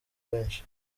benshi